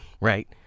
Right